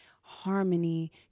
harmony